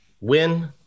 win